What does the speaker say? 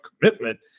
commitment